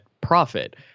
profit